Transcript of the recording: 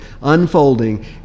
unfolding